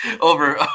over